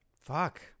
Fuck